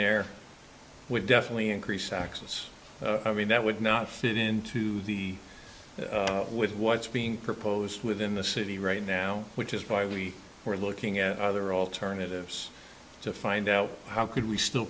there would definitely increase access i mean that would not fit into the with what's being proposed within the city right now which is why we are looking at other alternatives to find out how could we still